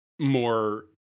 more